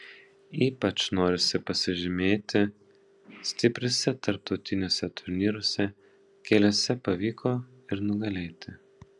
ypač norisi pasižymėti stipriuose tarptautiniuose turnyruose keliuose pavyko ir nugalėti